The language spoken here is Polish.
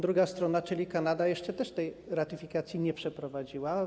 Druga strona, czyli Kanada, też jeszcze tej ratyfikacji nie przeprowadziła.